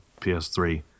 PS3